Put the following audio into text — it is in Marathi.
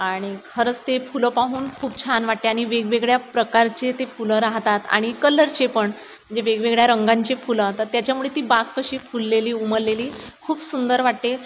आणि खरंच ते फुलं पाहून खूप छान वाटते आणि वेगवेगळ्या प्रकारचे ते फुलं राहतात आणि कलरचे पण म्हणजे वेगवेगळ्या रंगांचे फुलं तर त्याच्यामुळे ती बाग कशी फुललेली उमललेली खूप सुंदर वाटते